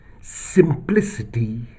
simplicity